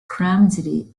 clumsily